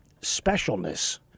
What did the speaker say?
specialness